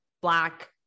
Black